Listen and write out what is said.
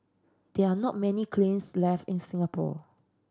there're not many kilns left in Singapore